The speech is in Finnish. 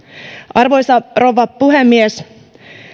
arvoisa rouva puhemies